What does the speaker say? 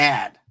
add